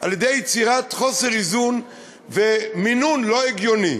על-ידי יצירת חוסר איזון ומינון לא הגיוני.